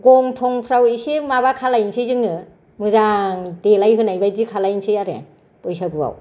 गं थंफ्राव एसे माबा खालामनोसै जोङो मोजां देलायहोनाय बादि खालामनोसै आरो बैसागुआव